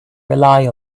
rely